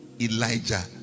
Elijah